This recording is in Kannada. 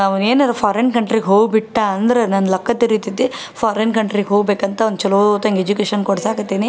ಅವ್ನು ಏನಾದ್ರು ಫಾರಿನ್ ಕಂಟ್ರಿಗೆ ಹೋಗ್ಬಿಟ್ಟ ಅಂದ್ರೆ ನನ್ನ ಲಕ್ಕ ತಿರಗ್ತೈತಿ ಫಾರಿನ್ ಕಂಟ್ರಿಗೆ ಹೊಗ್ಬೇಕಂತ ಅವ್ನ ಚಲೋತಂಗೆ ಎಜುಕೇಶನ್ ಕೊಡ್ಸಕತ್ತೀನಿ